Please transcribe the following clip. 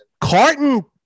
Carton